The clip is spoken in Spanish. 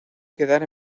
quedar